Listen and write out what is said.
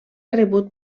rebut